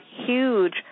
huge